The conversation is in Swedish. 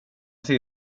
sig